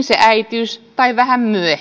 se äitiys vähän aikaisemmin